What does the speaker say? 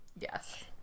Yes